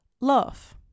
love